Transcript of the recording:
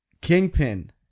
Kingpin